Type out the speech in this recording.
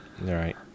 Right